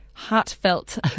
heartfelt